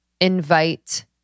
invite